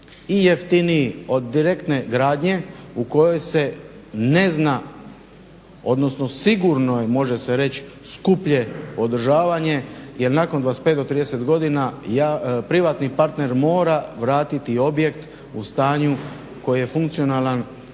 i jeftiniji od direktne gradnje u kojoj se ne zna, odnosno sigurno je, može se reći skuplje održavanje. Jer nakon 25 do 30 godina privatni partner mora vratiti objekt u stanje koji je funkcionalan,